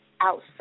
outside